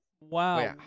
Wow